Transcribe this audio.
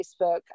Facebook